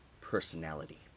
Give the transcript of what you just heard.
personality